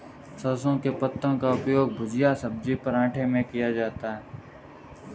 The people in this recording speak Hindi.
सरसों के पत्ते का उपयोग भुजिया सब्जी पराठे में किया जाता है